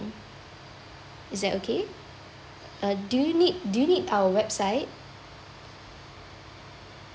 is that okay uh do you need do you need our website